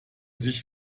sich